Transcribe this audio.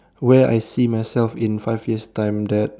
where I see myself in five years time that